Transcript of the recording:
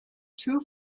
two